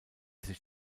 sich